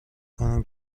کنم